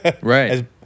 right